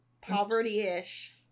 poverty-ish